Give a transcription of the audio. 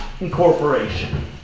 incorporation